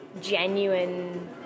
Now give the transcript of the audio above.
genuine